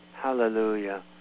hallelujah